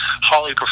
Holly